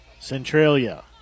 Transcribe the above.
Centralia